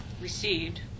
received